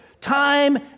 time